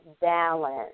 balance